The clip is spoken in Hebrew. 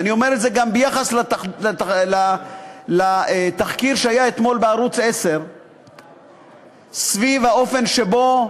ואני אומר את זה גם ביחס לתחקיר שהיה אתמול בערוץ 10 סביב האופן שבו,